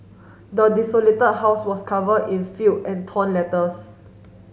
the desolated house was covered in filth and torn letters